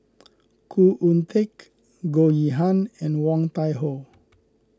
Khoo Oon Teik Goh Yihan and Woon Tai Ho